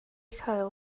cael